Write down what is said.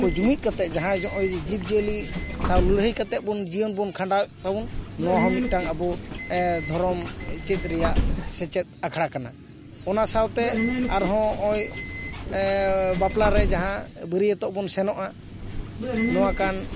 ᱠᱚ ᱡᱩᱢᱤᱫ ᱠᱟᱛᱮ ᱡᱟᱦᱟᱸ ᱱᱚᱜᱼᱚᱭ ᱡᱤᱵᱽ ᱡᱤᱭᱟᱹᱞᱤ ᱥᱟᱶ ᱞᱟᱹᱲᱦᱟᱹᱭ ᱠᱟᱛᱮ ᱵᱚᱱ ᱡᱤᱭᱤᱱ ᱵᱚᱱ ᱠᱷᱟᱸᱰᱟᱣᱮᱫ ᱛᱟᱵᱚᱱ ᱱᱚᱣᱟ ᱦᱚᱸ ᱢᱤᱫᱴᱟᱝ ᱟᱵᱚ ᱫᱷᱚᱨᱚᱢ ᱪᱮᱫ ᱨᱮᱭᱟᱜ ᱥᱮᱪᱮᱫ ᱟᱠᱷᱲᱟ ᱠᱟᱱᱟ ᱚᱱᱟ ᱥᱟᱶᱛᱮ ᱟᱨ ᱦᱚᱸ ᱱᱚᱜᱼᱚᱭ ᱵᱟᱯᱞᱟ ᱨᱮ ᱡᱟᱦᱟᱸ ᱵᱟᱹᱨᱭᱟᱹᱛᱚᱜ ᱵᱚᱱ ᱥᱮᱱᱚᱜᱼᱟ ᱱᱚᱣᱟ ᱠᱟᱱ